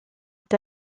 est